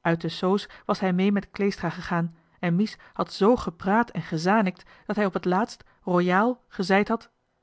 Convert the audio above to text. uit de soos was hij mee met kleestra gegaan en mies had z gepraat en gezanikt dat hij op het laatst royaal gezeid had